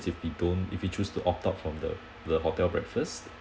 if we don't if we choose to opt out from the the hotel breakfast